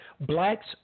blacks